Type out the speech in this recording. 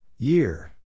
Year